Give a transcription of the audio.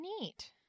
Neat